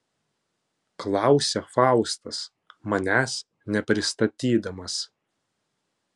klausia faustas manęs nepristatydamas